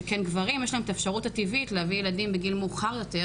שכן לגברים יש את האפשרות הטבעית להביא ילדים בגיל מאוחר יותר,